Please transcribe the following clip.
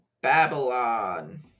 Babylon